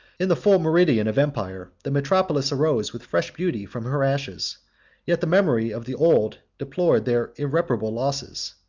in the full meridian of empire, the metropolis arose with fresh beauty from her ashes yet the memory of the old deplored their irreparable losses,